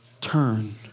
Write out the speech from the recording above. turn